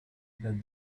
that